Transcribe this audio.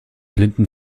blinden